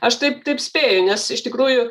aš taip taip spėju nes iš tikrųjų